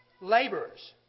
laborers